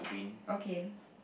okay